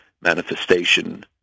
manifestation